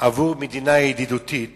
עבור מדינה ידידותית